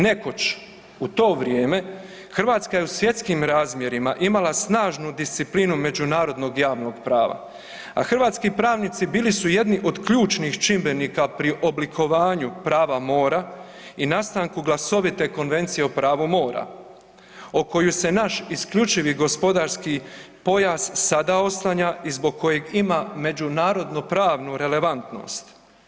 Nekoć u to vrijeme Hrvatska je u svjetskim razmjerima imala snažnu disciplinu međunarodnog javnog prava, a hrvatski pravnici bili su jedni od ključnih čimbenika pri oblikovanju prava mora i nastanku glasovite Konvencije o pravu mora o koju se naš IGP sada oslanja i zbog kojeg ima međunarodno-pravnu relevantnost.